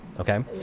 Okay